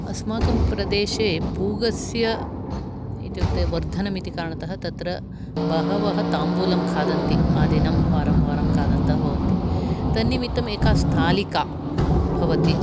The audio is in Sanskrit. अस्माकं प्रदेशे पूगस्य इत्युक्ते वर्धनम् इति कारणतः तत्र बहवः ताम्बुलं खादन्ति आदिनं वारं वारं खादन्तः भवन्ति तन्निमित्तम् एका स्थालिका भवति